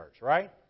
right